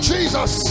Jesus